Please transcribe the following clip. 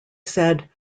said